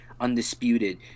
undisputed